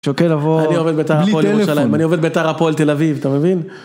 שוקל לבוא בלי טלפון, אני עובד ביתר הפועל תל אביב, אתה מבין?